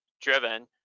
driven